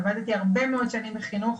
עבדתי הרבה מאוד שנים בחינוך,